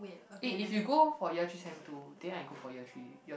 it if you go for year three sem two then I go for year three year